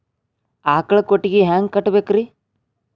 ಆಕಳ ಕೊಟ್ಟಿಗಿ ಹ್ಯಾಂಗ್ ಕಟ್ಟಬೇಕ್ರಿ?